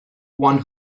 one